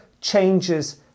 changes